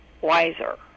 wiser